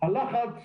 הלחץ